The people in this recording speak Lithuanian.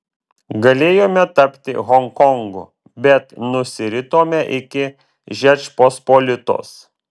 galėjome tapti honkongu bet nusiritome iki žečpospolitos